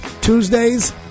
Tuesdays